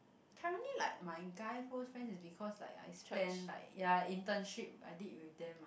currently like my guy close friend is because like I spend like ya internship I did with them mah